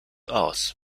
aus